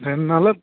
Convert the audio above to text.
ரெண்டு நாளாக